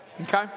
Okay